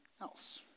else